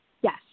Yes